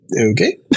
okay